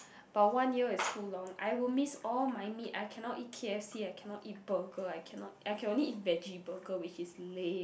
but one year is too long I would miss all my meat I cannot eat K_F_C I cannot eat burger I cannot I can only eat veggie burger which is lame